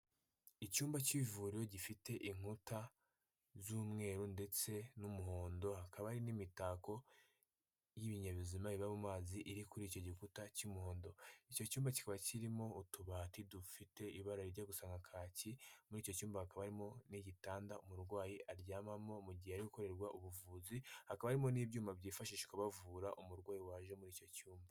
Icyumba cy'ivuriro gifite inkuta z'umweru, ndetse n'umuhondo, hakaba hari n'imitako y'ibinyabuzima iba mu mazi iri kuri icyo gikuta cy'umuhondo, icyo cyumba kiba kirimo utubati dufite ibara rijya gusa nka kacyi, muri icyo cyumba hakaba harimo n'igitanda umurwayi aryamamo mu gihe arikorerwa ubuvuzi, hakaba harimo n'ibyuma byifashishwa bavura umurwayi waje muri icyo cyumba.